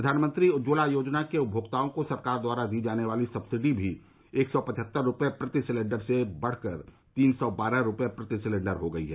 प्रधानमंत्री उज्ज्वला योजना के उपभोक्ताओं को सरकार द्वारा दी जाने वाली सक्सिडी भी एक सौ पचहत्तर रुपये प्रति सिलेंडर से बढ़कर तीन सौ बारह रुपया प्रति सिलेंडर हो गई है